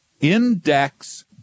index